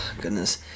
goodness